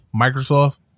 Microsoft